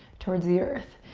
towards the earth.